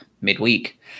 midweek